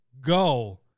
go